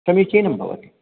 समीचीनं भवति